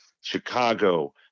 Chicago